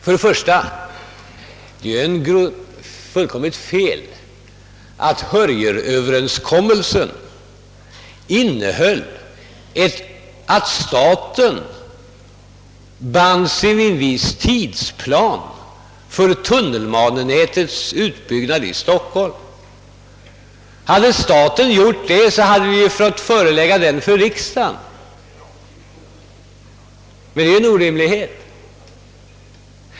Först och främst är det fullkomligt felaktigt att Hörjelöverenskommelsen skulle innebära att staten band sig vid en viss tidsplan för tunnelbanenätets utbyggnad i Stockholm. Hade staten gjort det, hade vi fått förelägga denna plan för riksdagen, men det är en orimlighet.